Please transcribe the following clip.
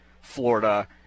Florida